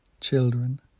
children